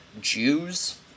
Jews